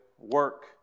work